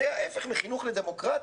זה ההיפך מחינוך לדמוקרטיה,